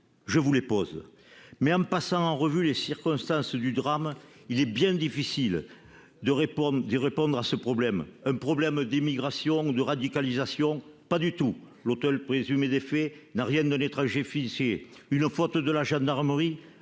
je vous les pose. Mais en passant en revue les circonstances du drame, il est bien difficile d'y répondre. S'agit-il d'un problème d'immigration ou de radicalisation ? Pas du tout, l'auteur présumé des faits n'a rien d'un étranger fiché S. S'agit-il d'une faute de la gendarmerie ?